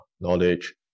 knowledge